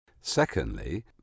Secondly